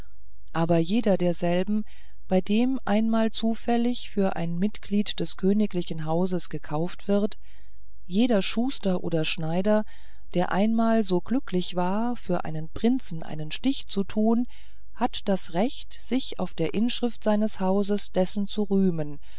aber jeder derselben bei dem einmal zufällig für ein mitglied des königlichen hauses gekauft wird jeder schuster oder schneider der einmal so glücklich war für einen prinzen einen stich zu tun hat das recht sich auf der inschrift seines hauses dessen zu rühmen